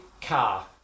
car